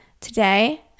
today